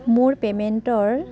মোৰ পে'মেণ্টৰ